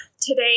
today